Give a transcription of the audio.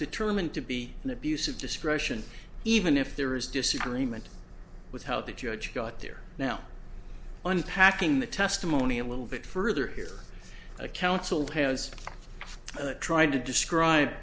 determined to be an abuse of discretion even if there is disagreement with how the judge got there now unpacking the testimony a little bit further here a counsel has tried to describe